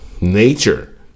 nature